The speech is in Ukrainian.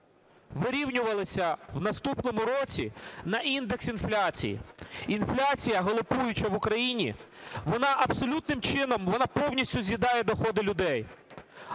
вирівнювалися в наступному році на індекс інфляції. Інфляція галопуюча в Україні, вона абсолютним чином повністю з'їдає доходи людей,